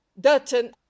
Dutton